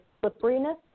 slipperiness